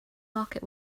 market